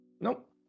nope